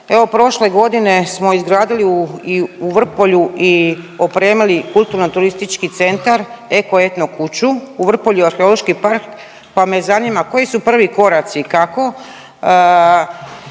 Evo prošle godine smo izgradili i u Vrpolju i opremili Kulturno turistički centar Eko-etno kuću u Vrpolju arheološki park, pa me zanima koji su prvi koraci kako